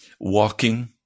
walking